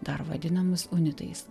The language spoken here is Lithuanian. dar vadinamus unitais